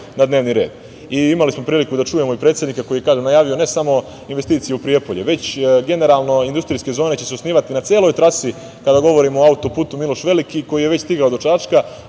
na dnevni red. I imali smo priliku da čujemo i predsednika koji najavljuje ne samo investicije u Prijepolju, već generalno industrijske zone će se osnivati na celoj trasi kada govorimo o autoputu Miloš Veliki koji je već stigao do Čačka,